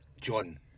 John